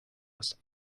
was